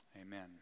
Amen